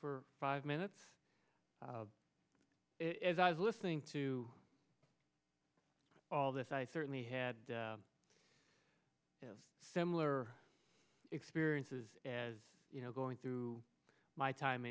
for five minutes as i was listening to all this i certainly had similar experiences as you know going through my time